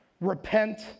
Repent